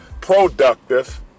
productive